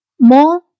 more